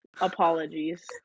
apologies